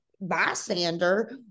bystander